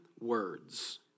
words